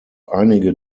einige